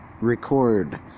record